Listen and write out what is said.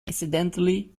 incidentally